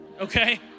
okay